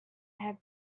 have